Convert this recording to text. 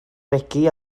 regi